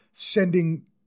sending